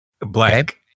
Blank